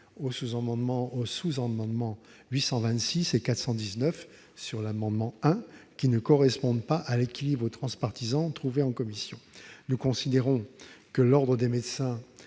aux sous-amendements n 419 rectifié et 826, car ils ne correspondent pas à l'équilibre transpartisan trouvé en commission. Nous considérons que l'ordre des médecins